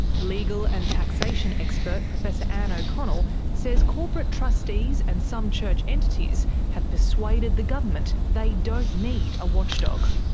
legal and taxation expert professor ann o'connell says corporate trustees and some church entities have persuaded the government they don't need a watchdog.